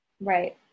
Right